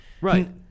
Right